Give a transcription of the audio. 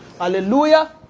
Hallelujah